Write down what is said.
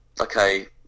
okay